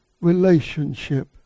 relationship